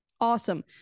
Awesome